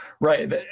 Right